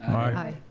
aye.